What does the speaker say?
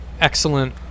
excellent